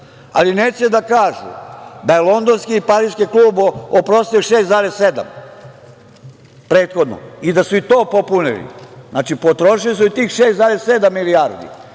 Neće da kažu da je londonski i pariski klub oprostio 6,7 prethodno i da su i to popunili. Znači, potrošili su i tih 6,7 milijardi,